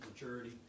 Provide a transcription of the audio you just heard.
maturity